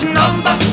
number